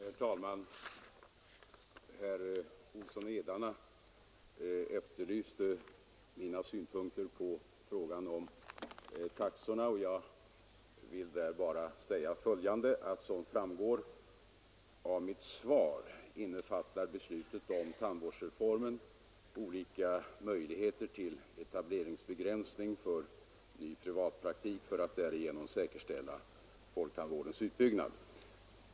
Herr talman! Herr Olsson i Edane efterlyste mina synpunkter på frågan om tandvårdstaxan. Som framgår av mitt svar innefattar beslutet om tandvårdsreformen olika möjligheter till etableringsbegränsning för ny privatpraktik för att därigenom säkerställa folktandvårdens utbyggnad.